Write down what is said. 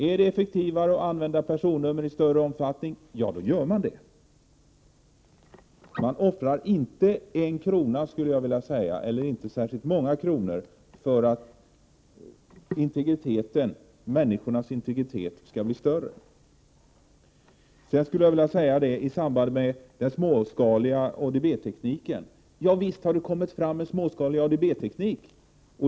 Om det är effektivare att använda personnummer i större omfattning, då gör man det. Man offrar inte särskilt många kronor för att människornas integritet skall bli större. Jag skulle vilja göra några kommentarer i samband med den småskaliga ADB-tekniken. Visst har det kommit fram en småskalig ADB-teknik.